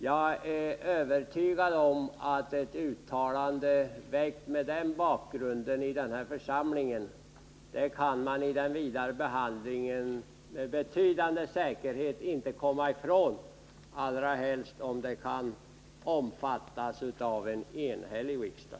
Jag är övertygad om att ett uttalande, gjort mot den bakgrunden i denna församling, kan man under den vidare behandlingen med betydande säkerhet inte komma ifrån, allra helst om det kan omfattas av en enhällig riksdag.